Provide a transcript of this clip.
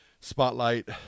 spotlight